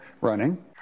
running